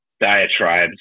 diatribes